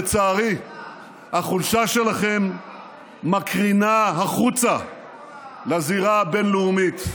לצערי החולשה שלכם מקרינה החוצה לזירה הבין-לאומית.